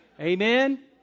Amen